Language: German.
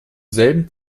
selben